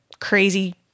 crazy